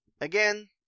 Again